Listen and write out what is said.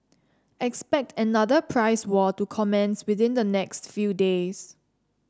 expect another price war to commence within the next few days